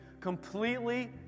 completely